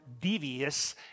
devious